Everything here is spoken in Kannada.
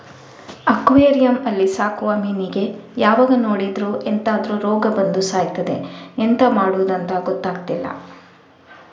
ಅಕ್ವೆರಿಯಂ ಅಲ್ಲಿ ಸಾಕುವ ಮೀನಿಗೆ ಯಾವಾಗ ನೋಡಿದ್ರೂ ಎಂತಾದ್ರೂ ರೋಗ ಬಂದು ಸಾಯ್ತದೆ ಎಂತ ಮಾಡುದಂತ ಗೊತ್ತಾಗ್ತಿಲ್ಲ